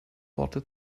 worte